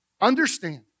Understand